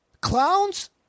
clowns